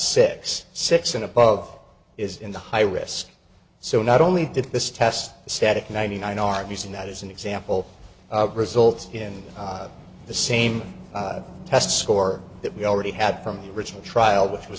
six six and above is in the high risk so not only did this test static ninety nine are using that as an example of results in the same test score that we already had from the original trial which was